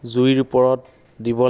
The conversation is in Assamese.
যদি আছে মোক জনাবচোন